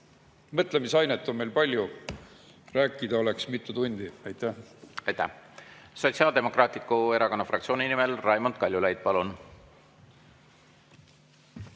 mõtlemisainet on meil palju. Rääkida oleks mitu tundi. Aitäh! Aitäh! Sotsiaaldemokraatliku Erakonna fraktsiooni nimel Raimond Kaljulaid, palun!